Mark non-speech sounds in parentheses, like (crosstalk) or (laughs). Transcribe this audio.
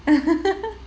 (laughs)